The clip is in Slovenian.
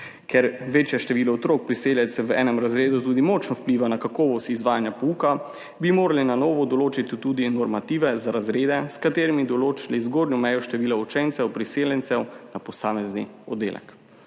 Ker večje število otrok priseljencev v enem razredu tudi močno vpliva na kakovost izvajanja pouka, bi morali na novo določiti tudi normative za razrede, s katerimi bi določili zgornjo mejo števila učencev priseljencev na posamezni oddelek.